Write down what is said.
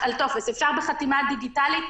אפשר לעשות זאת בחתימה דיגיטלית.